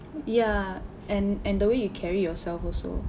ya and and the way you carry yourself also